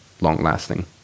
long-lasting